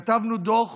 כתבנו דוח